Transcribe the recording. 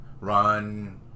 run